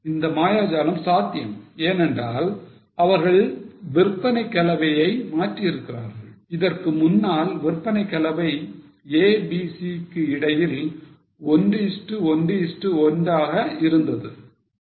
இந்த மாயாஜாலம் சாத்தியம் ஏனென்றால் அவர்கள் விற்பனை கலவையை மாற்றியிருக்கிறார்கள் இதற்கு முன்னால் விற்பனை கலவை A B C க்கு இடையில் 111 ஆக இருந்தது